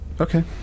Okay